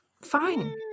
Fine